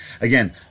again